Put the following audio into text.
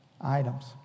items